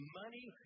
money